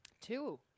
two